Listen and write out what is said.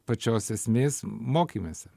pačios esmės mokymesi